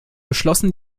beschlossen